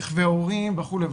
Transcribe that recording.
רכבי הורים וכולי,